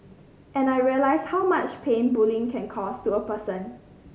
and I realised how much pain bullying can cause to a person